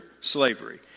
slavery